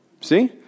See